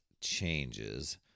changes